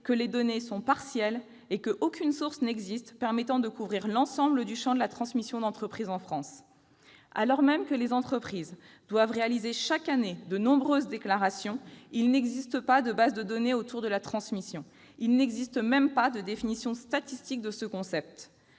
que les données sont partielles et qu'aucune source n'existe permettant de couvrir l'ensemble du champ de la transmission d'entreprise en France. Alors même que les entreprises doivent réaliser chaque année de nombreuses déclarations, il n'existe pas de bases de données autour de la transmission. Il n'y a même pas de définition statistique de ce concept.